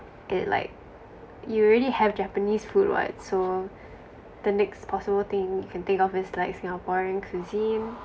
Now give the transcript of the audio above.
it like you already have japanese food [what] so the next possible thing you can think of is like singaporean cuisine